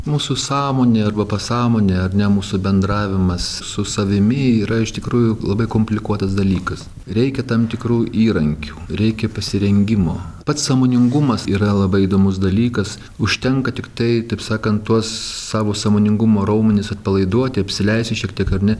mūsų sąmonė arba pasąmonė ar ne mūsų bendravimas su savimi yra iš tikrųjų labai komplikuotas dalykas reikia tam tikrų įrankių reikia pasirengimo pats sąmoningumas yra labai įdomus dalykas užtenka tiktai taip sakant tuos savo sąmoningumo raumenis atpalaiduoti apsileisi šiek tiek ar ne